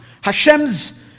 Hashem's